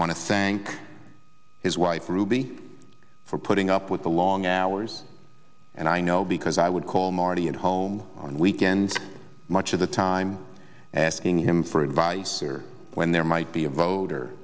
want to thank his wife ruby for putting up with the long hours and i know because i would call marty at home on weekends much of the time and asking him for advice or when there might be a vote or